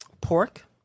Pork